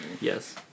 Yes